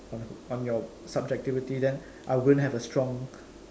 on your on your subjectivity then I won't have a strong